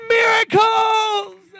miracles